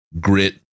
grit